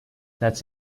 that’s